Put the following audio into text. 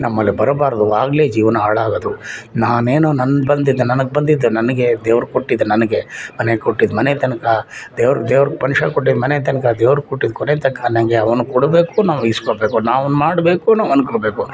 ನಮ್ಮಲ್ಲಿ ಬರಬಾರದು ಆಗಲೇ ಜೀವನ ಹಾಳಾಗೋದು ನಾನೇನು ನನ್ಗೆ ಬಂದಿದ್ದು ನನ್ಗೆ ಬಂದಿದ್ದು ನನಗೆ ದೇವ್ರು ಕೊಟ್ಟಿದ್ದು ನನಗೆ ಮನೆ ಕೊಟ್ಟಿದ್ದ ಮನೆ ತನಕ ದೇವ್ರು ದೇವ್ರು ಮನುಷ್ಯ ಕೊಟ್ಟಿದ್ದ ಮನೆ ತನಕ ದೇವ್ರು ಕೊಟ್ಟಿದ್ದ ಕೊನೆ ತನಕ ಅನ್ನೋಂಗೆ ಅವ್ನು ಕೊಡಬೇಕು ನಾವು ಇಸ್ಕೊಳ್ಬೇಕು ಅವ್ನು ಮಾಡಬೇಕು ನಾವು ಅಂದ್ಕೊಳ್ಬೇಕು